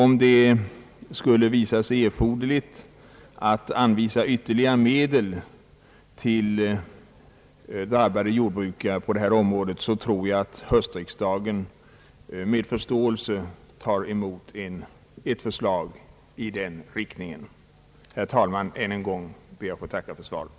Om det skulle bli nödvändigt att anvisa ytterligare medel för detta ändamål tror jag att höstriksdagen med förståelse tar emot ett förslag i den riktningen. Herr talman! Än en gång ber jag få tacka för svaret.